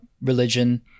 religion